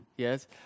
yes